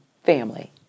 family